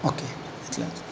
okay इतलेंच